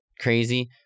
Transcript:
crazy